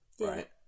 Right